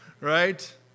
right